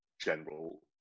general